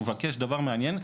הוא מבקש דבר מעניין.